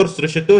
קורס רשתות,